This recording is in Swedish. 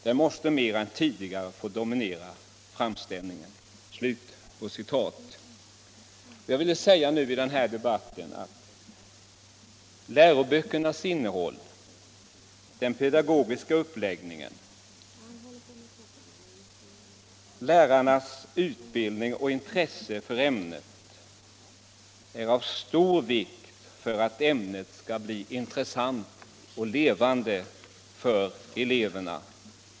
Det måste mer än tidigare få dominera framställning 1 en. Jag ville nu säga att läroböckernas innehåll, den pedagogiska uppläggningen, lärarnas utbildning och intresse för ämnet är av stor vikt för att ämnet skall bli intressant och levande för eleverna.